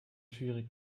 schwierig